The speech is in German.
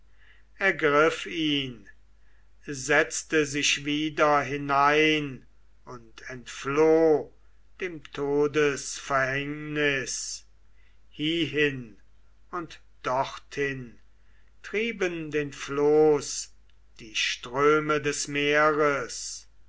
ergriff ihn setzte sich wieder hinein und entfloh dem todesverhängnis hiehin und dorthin trieben den floß die ströme des meeres